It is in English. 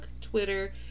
Twitter